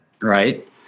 Right